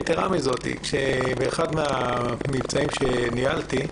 יתרה מזאת, כאשר באחד מן המבצעים שניהלתי,